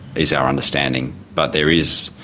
is our understanding. but there is,